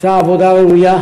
עשה עבודה ראויה,